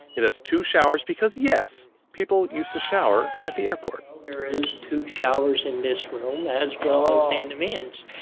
it has two showers because, yes, people use the shower at the airport there is two showers in this room, as well as in the men's.